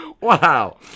Wow